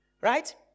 Right